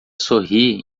sorri